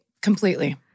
completely